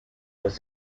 was